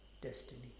destiny